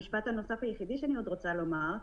המשפט הנוסף היחידי שאני רוצה עוד לומר,